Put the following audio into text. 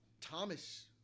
Thomas